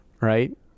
right